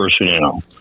personnel